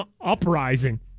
Uprising